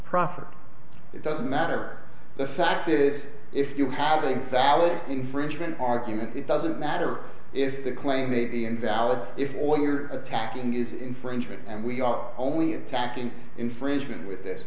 property it doesn't matter the fact is if you have exaggerated infringement argument it doesn't matter if the claim may be invalid if all you're attacking is infringement and we are only attacking infringement with this